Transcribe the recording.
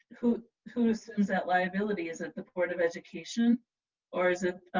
who who assumes that liability, is it the board of education or is it